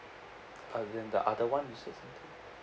uh and the other [one] you say something